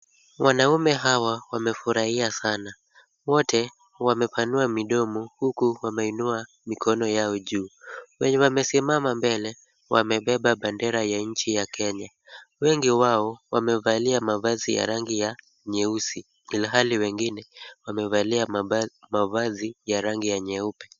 Wanaume hawa wamefurahia sana. Wote wamepanua midomo huku wameinua mikono yao juu. Wenye wamesimama mbele wamebeba bendera ya nchi ya Kenya. Wengi wao wamevalia mavazi ya rangi ya nyeusi ilhali wengine wamevalia mavazi ya rangi ya nyeupe.